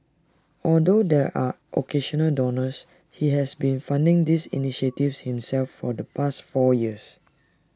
although there are occasional donors he has been funding these initiatives himself for the past four years